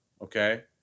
okay